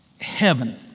heaven